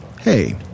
hey